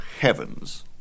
heavens